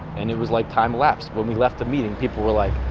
and it was like time lapsed. when we left the meeting, people were like,